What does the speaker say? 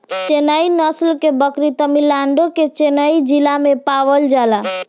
चेन्नई नस्ल के बकरी तमिलनाडु के चेन्नई जिला में पावल जाला